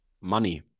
Money